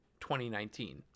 2019